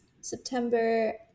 September